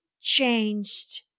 changed